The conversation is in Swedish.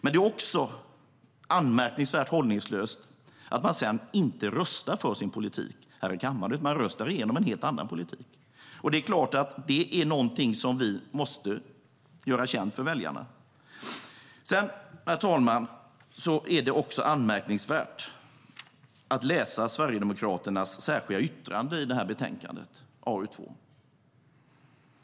Men det är också anmärkningsvärt hållningslöst att de sedan inte röstar för sin politik här i kammaren - de röstar igenom en helt annan politik. Det är klart att det är någonting som vi måste göra känt för väljarna. Herr talman! Sverigedemokraternas särskilda yttrande i detta betänkande, AU2, är anmärkningsvärt.